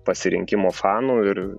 pasirinkimo fanų ir